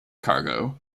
cargo